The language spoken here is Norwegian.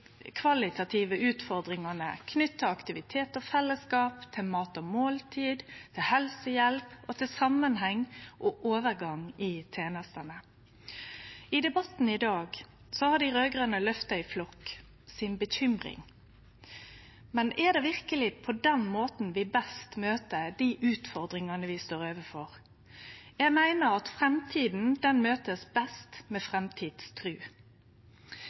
kvalitative utfordringane knytt til aktivitet og fellesskap, til mat og måltid, til helsehjelp og til samanheng og overgang i tenestene. I debatten i dag har dei raud-grøne løfta si bekymring i flokk, men er det verkeleg på den måten vi best møter dei utfordringane vi står overfor? Eg meiner at framtida møtest best med framtidstru.